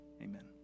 amen